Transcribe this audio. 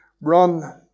run